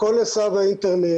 הכול נעשה באינטרנט.